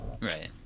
Right